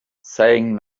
saying